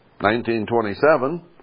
1927